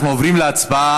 אנחנו עוברים להצבעה,